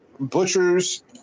Butchers